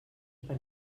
per